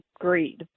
agreed